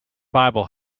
bible